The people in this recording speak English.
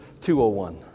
201